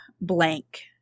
blank